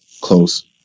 close